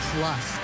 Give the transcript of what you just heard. Plus